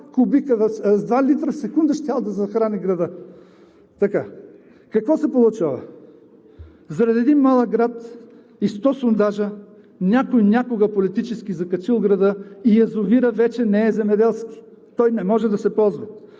извор с два литра в секунда щял да захрани града. Какво се получава? Заради един малък град и сто сондажа, някой някога политически е закачил града и язовирът вече не е земеделски, той не може да се ползва